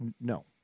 No